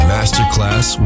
Masterclass